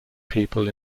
people